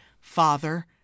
father